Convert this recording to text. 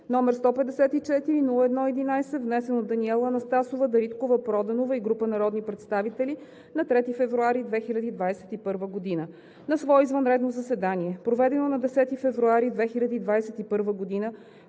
№ 154-01-11, внесен от Даниела Анастасова Дариткова-Проданова и група народни представители на 3 февруари 2021 г. На свое извънредно заседание, проведено на 10 февруари 2021 г.,